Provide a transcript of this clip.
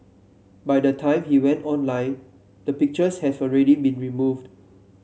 by the time he went online the pictures had been removed